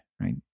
right